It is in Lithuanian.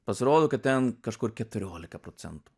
pasirodo kad ten kažkur keturiolika procentų